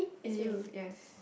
is you yes